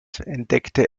entdeckte